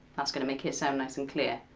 that's gonna make it sound nice and clear.